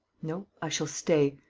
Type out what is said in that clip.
no, i shall stay.